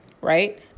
right